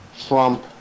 Trump